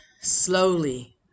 slowly